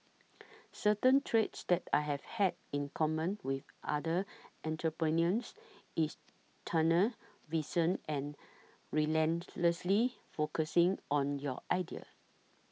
certain traits that I have had in common with other entrepreneurs is tunnel vision and relentlessly focusing on your idea